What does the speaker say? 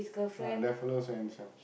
ah that fella also handsome